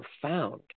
profound